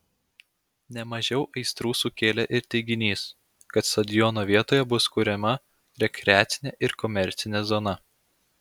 ne mažiau aistrų sukėlė ir teiginys kad stadiono vietoje bus kuriama rekreacinė ir komercinė zona